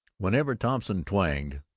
whenever thompson twanged,